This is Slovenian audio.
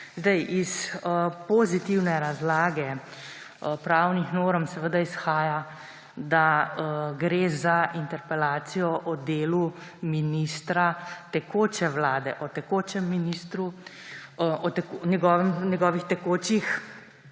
Iz pozitivne razlage pravnih norm seveda izhaja, da gre za interpelacijo o delu ministra tekoče vlade, o tekočem ministru, o njegovih tekočih